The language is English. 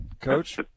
Coach